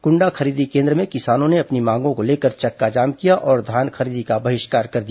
कुंडा खरीदी केन्द्र में किसानों ने अपनी मांगों को लेकर चक्काजाम किया और धान खरीदी का बहिष्कार कर दिया